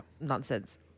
Nonsense